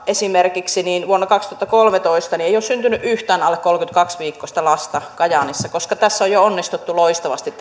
esimerkiksi vuonna kaksituhattakolmetoista ei ole syntynyt yhtään alle kolmekymmentäkaksi viikkoista lasta kajaanissa koska tässä työnjaossa on jo onnistuttu loistavasti